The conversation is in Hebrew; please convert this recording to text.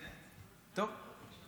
טוב.